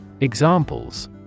Examples